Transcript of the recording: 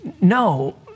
No